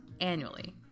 annually